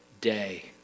day